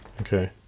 Okay